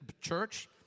church